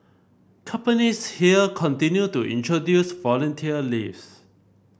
companies here continue to introduce volunteer leaves